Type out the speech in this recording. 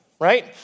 right